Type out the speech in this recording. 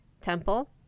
temple